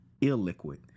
illiquid